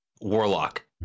Warlock